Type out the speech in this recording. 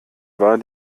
war